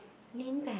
lean back